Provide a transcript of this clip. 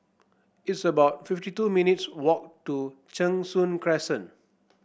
it's about fifty two minutes walk to Cheng Soon Crescent